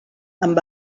amb